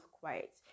quiet